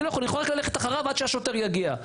אני יכול רק ללכת אחריו עד שהשוטר יגיע.